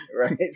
Right